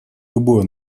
любое